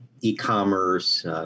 e-commerce